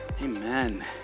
Amen